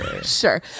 sure